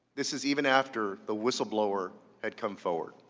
this is even after the whistleblower had come forward.